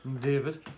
David